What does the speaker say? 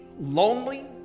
Lonely